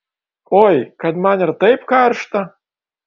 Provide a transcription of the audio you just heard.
oi kad man ir taip karšta